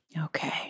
Okay